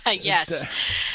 Yes